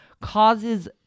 causes